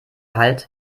halt